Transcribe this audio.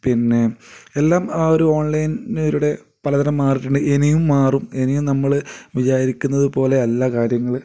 പിന്നെ എല്ലാം ആ ഒരു ഓൺലൈൻ രുടെ പലതരം മാറിയിട്ടുണ്ട് ഇനിയും മാറും ഇനിയും നമ്മൾ വിചാരിക്കുന്നത് പോലെയല്ല കാര്യങ്ങൾ